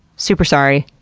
super sorry.